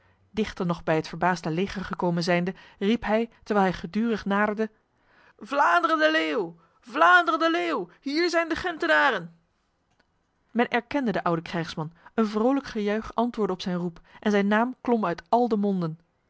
dichter nog bij het verbaasde leger gekomen zijnde riep hij terwijl hij gedurig naderde vlaanderen de leeuw vlaanderen de leeuw hier zijn de gentenaren men erkende de oude krijgsman een vrolijk gejuich antwoordde op zijn roep en zijn naam klom uit al de monden